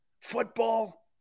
football